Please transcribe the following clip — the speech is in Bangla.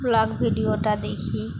ব্লগ ভিডিওটা দেখি